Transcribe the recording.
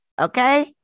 Okay